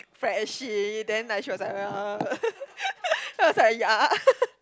freshie then like she was like then I was like ya